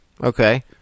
Okay